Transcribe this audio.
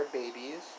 babies